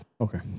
Okay